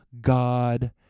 God